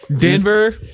Denver